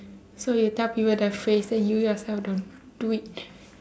so you tell people that phrase then you yourself don't do it